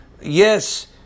Yes